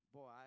Boy